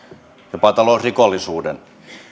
jopa talousrikollisuuden